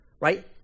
right